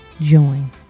join